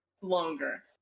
longer